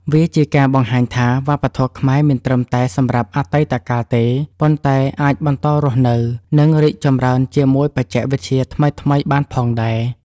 វាជាការបង្ហាញថា វប្បធម៌ខ្មែរមិនត្រឹមតែសម្រាប់អតីតកាលទេ ប៉ុន្តែអាចបន្តរស់នៅ និងរីកចម្រើនជាមួយបច្ចេកវិទ្យាថ្មីៗបានផងដែរ។